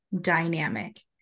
dynamic